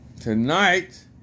Tonight